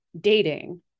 dating